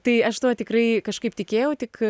tai aš tuo tikrai kažkaip tikėjau tik